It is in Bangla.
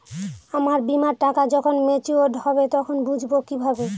আমার বীমার টাকা যখন মেচিওড হবে তখন বুঝবো কিভাবে?